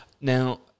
Now